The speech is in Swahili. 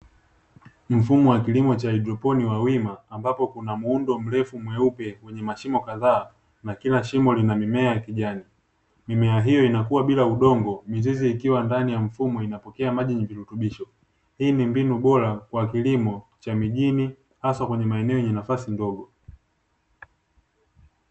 Mfumo wa kilimo cha haidroponi wa wima ambapo kuna muundo mrefu mweupe mwenyewe mashimo kadhaa na kila shimo lina mmea wa kijani, mimea hiyo inakuwa bila udongo mizizi ikiwa ndani inapokea virutubisho, hii ni mbinu bora kwa kilimo cha mjini haswa kwenye maeneo yenye nafasi ndogo.